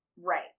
Right